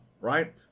right